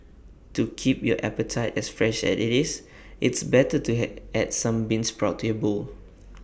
to keep your appetite as fresh as IT is it's better to had add some bean sprouts to your bowl